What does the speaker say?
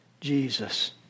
Jesus